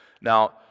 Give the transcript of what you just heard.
Now